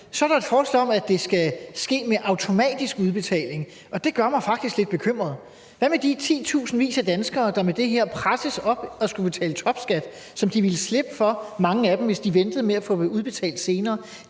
Så er der et forslag om, at det skal ske ved automatisk udbetaling, og det gør mig faktisk lidt bekymret. Hvad med de titusindvis af danskere, der med det her presses til at skulle betale topskat, hvilket mange af dem ville slippe for, hvis de ventede med at få dem udbetalt til senere?